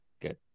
good